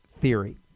theory